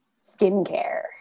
skincare